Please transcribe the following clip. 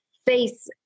face